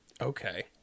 Okay